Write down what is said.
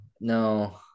No